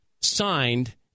signed